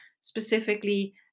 Specifically